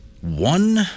one